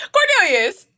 Cornelius